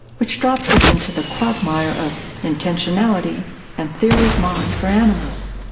which drops us into the quagmire of intentionality and theory of mind for animals.